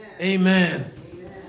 Amen